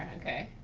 okay.